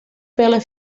pele